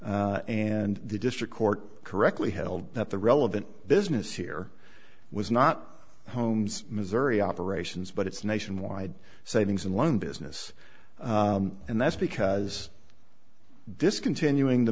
prong and the district court correctly held that the relevant business here was not holmes missouri operations but it's nationwide savings and loan business and that's because discontinuing the